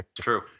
True